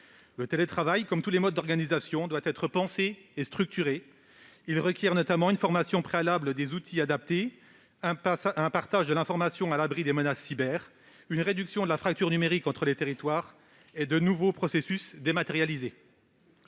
et équilibré. Comme tous les modes d'organisation, il doit être pensé et structuré, requérant en outre une formation préalable, des outils adaptés, un partage de l'information à l'abri des menaces cyber, une réduction de la fracture numérique entre les territoires et de nouveaux processus dématérialisés.